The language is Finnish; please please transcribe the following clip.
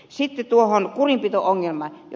sitten tuohon kurinpito ongelmaan